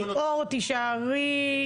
האם הם באמת מתקדמים במימוש היעדים שהוקצו להם.